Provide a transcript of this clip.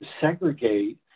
segregate